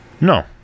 No